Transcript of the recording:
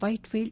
Whitefield